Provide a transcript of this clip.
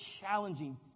challenging